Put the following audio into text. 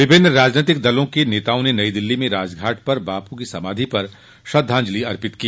विभिन्न राजनीतिक दलों के नेताओं ने नई दिल्ली में राजघाट पर बापू की समाधि पर श्रद्धांजलि अर्पित की